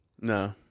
No